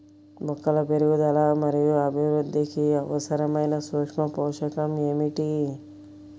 మొక్కల పెరుగుదల మరియు అభివృద్ధికి అవసరమైన సూక్ష్మ పోషకం ఏమిటి?